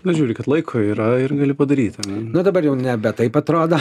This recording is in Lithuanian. nu žiūri kad laiko yra ir gali padaryti na dabar jau nebe taip atrodo